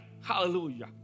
Hallelujah